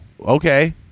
Okay